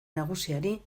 nagusiari